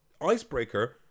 icebreaker